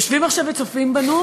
יושבים עכשיו וצופים בנו